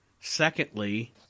Secondly